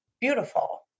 beautiful